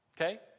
Okay